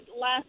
last